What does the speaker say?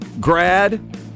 grad